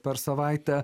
per savaitę